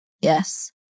Yes